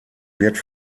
wird